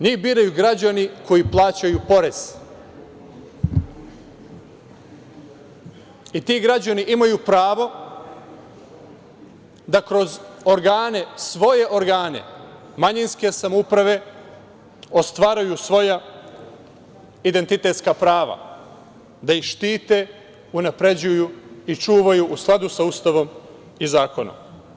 Njih biraju građani koji plaćaju porez i ti građani imaju pravo da kroz organe, svoje organe manjinske samouprave ostvaruju svoja identitetska prava da ih štite, unapređuju i čuvaju, u skladu sa Ustavom i zakonom.